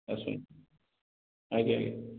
ଆସନ୍ତୁ ଆଜ୍ଞା ଆଜ୍ଞା